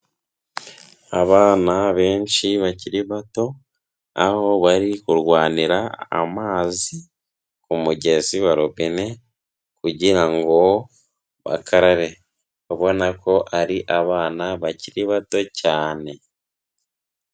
Abana benshi bakiri bato aho bari kurwanira amazi ku mugezi wa robine kugira bakarare ubabona ko ari abana bakiri bato cyane.